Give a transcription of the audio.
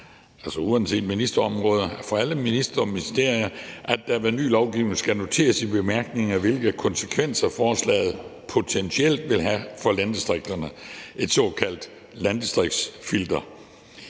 uanset ministerområde og for alle ministerier, at der ved ny lovgivning skal noteres i bemærkningerne, hvilke konsekvenser forslaget potentielt vil have for landdistrikterne, altså et såkaldt landdistriktsfilter.